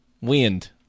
Wind